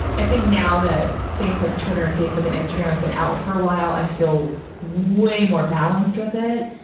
i think now that things like twitter and facebook and instagram have been out for a while, i feel way more balanced with it,